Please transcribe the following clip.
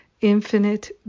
Infinite